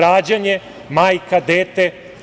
Rađanje – majka, dete.